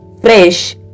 fresh